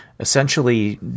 Essentially